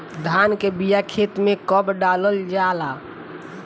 धान के बिया खेत में कब डालल जाला?